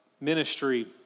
ministry